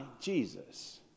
Jesus